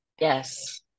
yes